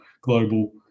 global